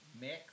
mix